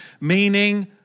meaning